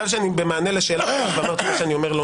במענה לשאלתך, ואמרת שאני אומר לא